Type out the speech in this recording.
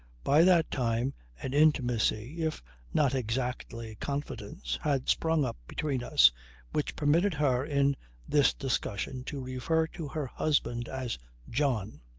by that time an intimacy if not exactly confidence had sprung up between us which permitted her in this discussion to refer to her husband as john.